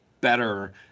better